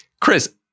Chris